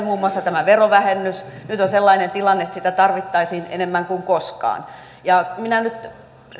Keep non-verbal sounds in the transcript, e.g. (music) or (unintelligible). (unintelligible) muun muassa tämä verovähennys nyt on sellainen tilanne että sitä tarvittaisiin enemmän kuin koskaan minä nyt